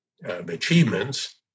Achievements